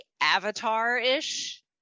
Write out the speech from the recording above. Avatar-ish